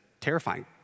terrifying